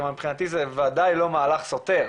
כלומר מבחינתי זה ודאי לא מהלך סותר.